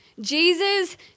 Jesus